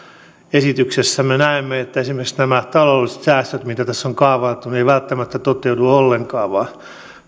esityksestä me näemme esimerkiksi nämä taloudelliset säästöt mitä tässä on kaavailtu eivät välttämättä toteudu ollenkaan vaan